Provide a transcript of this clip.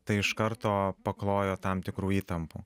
tai iš karto paklojo tam tikrų įtampų